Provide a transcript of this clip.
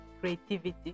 Creativity